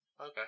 Okay